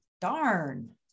darn